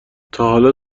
تاحالا